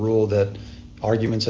rule that arguments